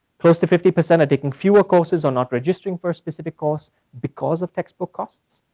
close to fifty percent are taking fewer courses on not registering for a specific course because of textbook costs.